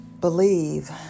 believe